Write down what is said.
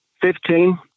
Fifteen